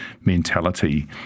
mentality